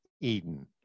eden